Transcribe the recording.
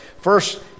first